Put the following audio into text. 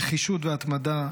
נחישות והתמדה,